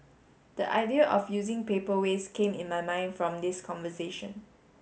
the idea of using paper waste came in my mind from this conversation